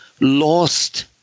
lost